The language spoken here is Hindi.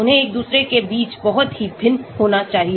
उन्हें एक दूसरे के बीच बहुत ही भिन्न होना चाहिए